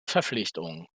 verpflichtung